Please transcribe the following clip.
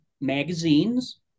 magazines